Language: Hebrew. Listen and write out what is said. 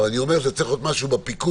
אבל אני אומר שזה צריך להיות משהו בפיקוד,